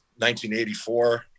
1984